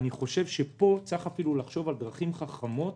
פה צריכים אפילו לחשוב על דרכים חכמות